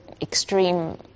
extreme